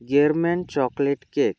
German chocolate cake